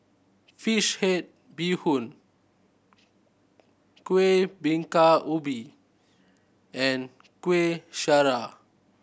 fish head bee hoon Kueh Bingka Ubi and Kueh Syara